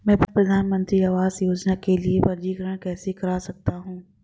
मैं प्रधानमंत्री आवास योजना के लिए पंजीकरण कैसे कर सकता हूं?